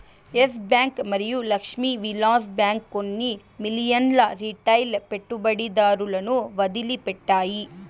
yes bank మరియు Lakshmi Vilas bank కొన్ని మిలియన్ల రిటైల్ పెట్టుబడిదారులను వదిలిపెట్టాయి